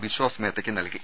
ബിശ്വാസ് മേത്തയ്ക്ക് നൽകി